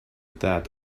that